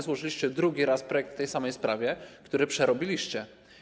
Złożyliście drugi raz projekt w tej samej sprawie, który przerobiliście.